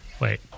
Wait